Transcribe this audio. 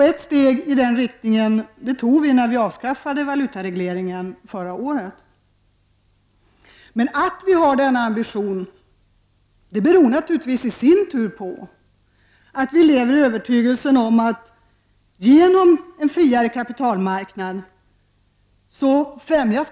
Ett steg i denna riktning togs när valutaregleringen förra året avskaffades. Men att vi har denna ambition beror naturligtvis i sin tur på att vi lever i övertygelsen att konkurrensen främjas genom en friare kapitalmarknad.